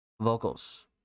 Vocals